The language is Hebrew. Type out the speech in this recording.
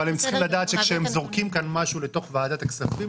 אבל הם צריכים לדעת כשהם זורקים כאן משהו לתוך ועדת הכספים,